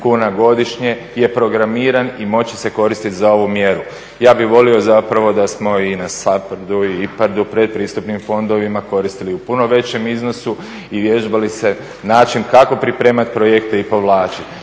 godišnje je programiran i moći će se koristiti za ovu mjeru. Ja bih volio zapravo da smo i na … predpristupnim fondovima koristili u puno većem iznosu i vježbali se, način kako pripremati projekte i povlačiti.